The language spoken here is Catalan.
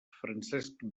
francesc